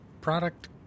product